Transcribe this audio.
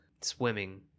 swimming